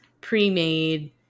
pre-made